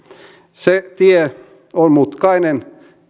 se tie on mutkainen